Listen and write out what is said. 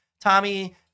Tommy